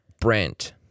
Brent